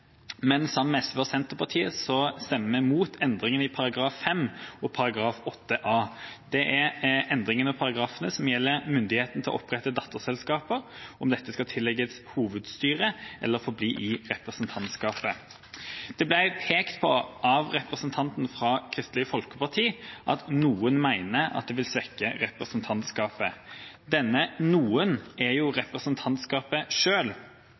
men sammen med SV og Senterpartiet stemmer vi mot endringene i § 5 og § 8a. Det er endringer som gjelder myndigheten til å opprette datterselskaper – om dette skal tillegges hovedstyret eller forbli i representantskapet. Det ble av representanten fra Kristelig Folkeparti pekt på at noen mener at det vil svekke representantskapet. Denne «noen» er jo representantskapet